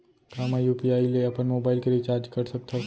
का मैं यू.पी.आई ले अपन मोबाइल के रिचार्ज कर सकथव?